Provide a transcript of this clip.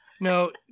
no